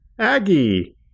Aggie